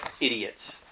idiots